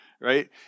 right